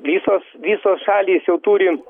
visos visos šalys jau turi